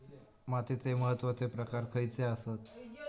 मातीचे महत्वाचे प्रकार खयचे आसत?